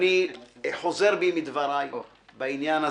אני חוזר בי מדבריי בעניין הזה.